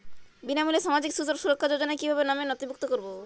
বিনামূল্যে সামাজিক সুরক্ষা যোজনায় কিভাবে নামে নথিভুক্ত করবো?